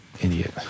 idiot